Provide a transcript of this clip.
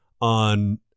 on